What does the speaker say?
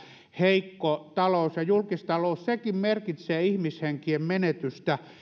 heikko talous ja julkistalous sekin merkitsee ihmishenkien menetystä